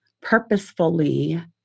purposefully